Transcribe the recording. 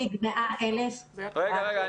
כשהשר הציג 100,000 -- רגע, רגע.